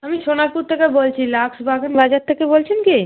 আমি সোনারপুর থেকে বলছি লাক্স বাজার থেকে বলছেন কি